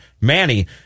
Manny